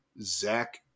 Zach